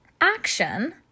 action